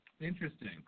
Interesting